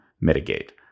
mitigate